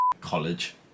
college